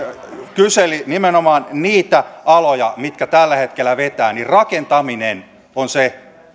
kyseli nimenomaan niitä aloja mitkä tällä hetkellä vetävät niin rakentaminen on se